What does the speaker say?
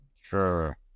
Sure